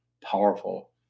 powerful